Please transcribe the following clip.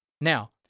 Now